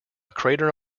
crater